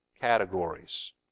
categories